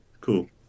cool